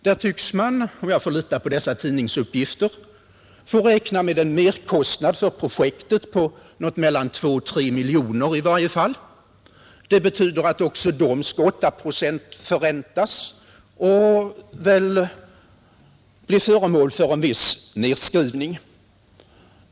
Man tycks, om jag får lita på dessa tidningssuppgifter, få räkna med en merkostnad för projektet på mellan 2 och 3 miljoner i varje fall. Det betyder att också de pengarna skall 8-procentförräntas.